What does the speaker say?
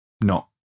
no